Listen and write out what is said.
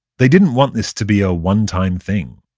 they didn't want this to be a one time thing.